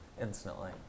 instantly